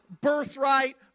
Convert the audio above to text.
birthright